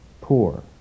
poor